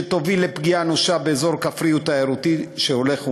שתוביל לפגיעה אנושה באזור כפרי ותיירותי שהולך ונעלם.